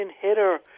hitter